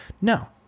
No